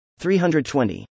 320